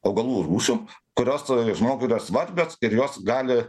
augalų rūšių kurios žmogui yra svarbios ir jos gali